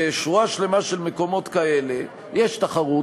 בשורה שלמה של מקומות כאלה יש תחרות,